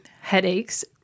headaches